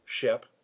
ship